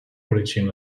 origin